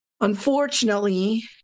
Unfortunately